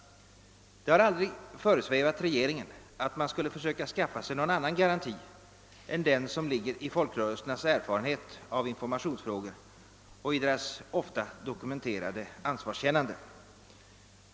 Det har aldrig föresvävat regeringen att man skulle försöka skaffa sig någon annan garanti än den som ligger i folkrörelsernas erfarenhet av informationsfrågor och deras ofta dokumenterade ansvarskännande.